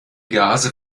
gase